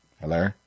Hello